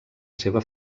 seva